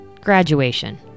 Graduation